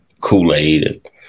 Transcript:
Kool-Aid